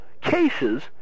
cases